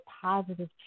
positive